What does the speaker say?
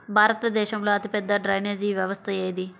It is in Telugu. భారతదేశంలో అతిపెద్ద డ్రైనేజీ వ్యవస్థ ఏది?